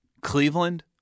Cleveland